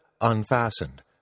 unfastened